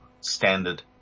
Standard